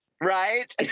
right